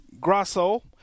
Grasso